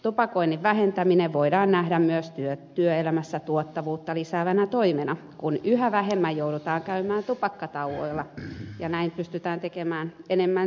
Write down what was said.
tupakoinnin vähentäminen voidaan nähdä myös työelämässä tuottavuutta lisäävänä toimena kun yhä vähemmän joudutaan käymään tupakkatauoilla ja näin pystytään tekemään enemmän töitä